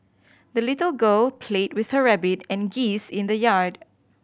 the little girl played with her rabbit and geese in the yard